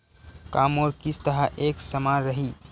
का मोर किस्त ह एक समान रही?